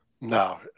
No